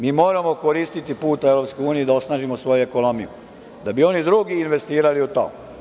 Mi moramo koristiti put u EU da osnažimo svoju ekonomiju, da bi oni drugi investirali u to.